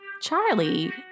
Charlie